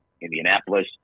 Indianapolis